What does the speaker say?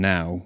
Now